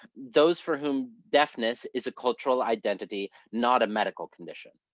those for whom deafness is a cultural identity, not a medical condition.